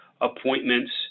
appointments